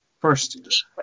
First